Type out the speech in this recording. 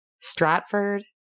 Stratford